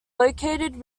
located